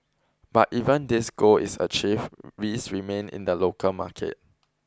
but even this goal is achieved risks remain in the local market